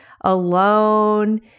alone